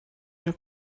your